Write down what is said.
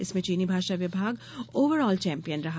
इसमे चीनी भाषा विभाग ओवरऑल चैंपियन रहा